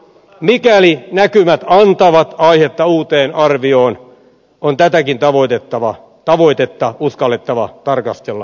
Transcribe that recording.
mikäli näkymät antavat aihetta uuteen arvioon on tätäkin tavoitetta uskallettava tarkastella uudelleen